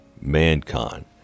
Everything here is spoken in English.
mankind